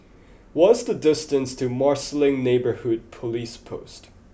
what's the distance to Marsiling Neighbourhood Police Post